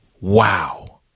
wow